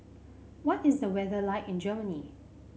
what is the weather like in Germany